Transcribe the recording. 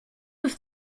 have